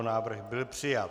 Návrh byl přijat.